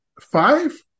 Five